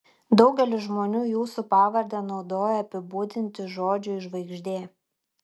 daugelis žmonių jūsų pavardę naudoja apibūdinti žodžiui žvaigždė